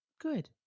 Good